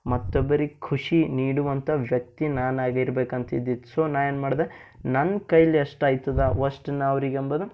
ಮತ್ತೊಬ್ಬರಿಗೆ ಖುಷಿ ನೀಡುವಂಥ ವ್ಯಕ್ತಿ ನಾನು ಆಗಿರಬೇಕಂತ ಇದ್ದಿದ್ದು ಸೊ ನಾನು ಏನು ಮಾಡಿದೆ ನನ್ನ ಕೈಲಿ ಎಷ್ಟು ಆಯ್ತದೆ ಅವಷ್ಟು ನಾನು ಅವರಿಗೆ ಅಂಬೋದು